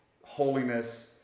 holiness